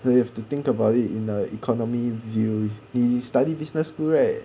then you have to think about it in the economy view 你 study business school right